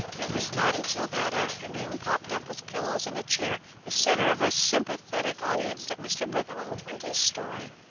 it was not until that afternoon, propped up with pillows in a chair, the centre of a sympathetic audience, that mr. briggerland told his story.